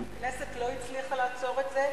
הכנסת לא הצליחה לעצור את זה,